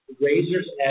Razor's